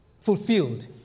fulfilled